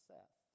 Seth